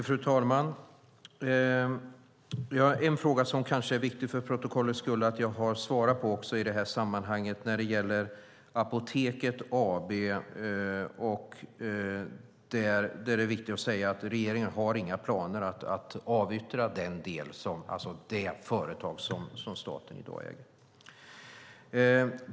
Fru talman! En fråga som för protokollets skull kanske är viktig att jag svarat på i detta sammanhang beträffande Apoteket AB är att regeringen har inga planer på att avyttra det företag som staten äger.